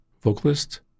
vocalist